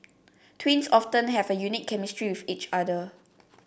twins often have a unique chemistry with each other